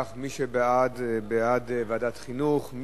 בעד ועדת החינוך.